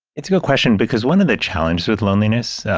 it's a good question because one of the challenges with loneliness